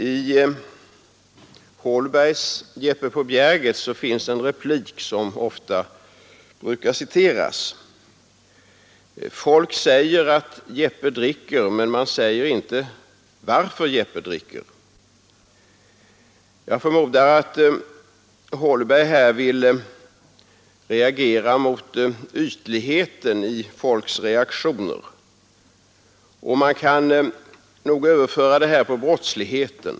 I Holbergs Jeppe paa Bjerget finns en replik som ofta brukar citeras: ”Folk säger väl att Jeppe dricker, men man säger inte varför Jeppe dricker.” Jag förmodar att Holberg vill reagera mot ytligheten i folks reaktioner, och man kan nog överföra det här på brottsligheten.